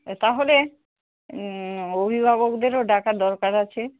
তাহলে অভিভাবকদেরও ডাকার দরকার আছে